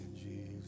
Jesus